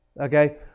okay